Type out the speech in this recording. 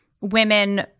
women